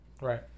Right